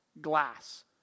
glass